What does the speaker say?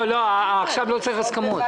לא, לא, עכשיו לא צריך הסכמות.